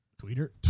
Twitter